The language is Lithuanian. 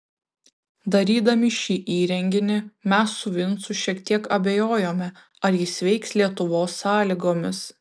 darydami šį įrenginį mes su vincu šiek tiek abejojome ar jis veiks lietuvos sąlygomis